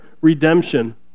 redemption